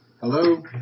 Hello